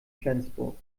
flensburg